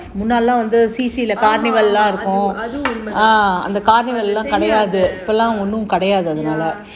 தான் பண்றாரு:thaan pandraru